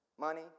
money